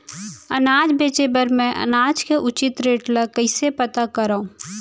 अनाज बेचे बर मैं अनाज के उचित रेट ल कइसे पता करो?